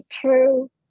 true